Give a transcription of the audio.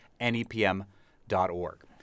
nepm.org